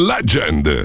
Legend